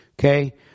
okay